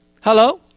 Hello